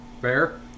Fair